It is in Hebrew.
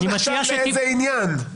לא נחשב לאיזה עניין?